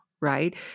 right